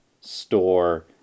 store